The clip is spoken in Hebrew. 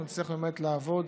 אנחנו נצטרך באמת לעבוד